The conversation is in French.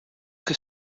que